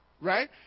right